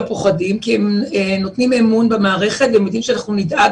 פוחדים כי הם נותנים אמון במערכת והם יודעים שאנחנו נדאג